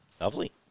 Lovely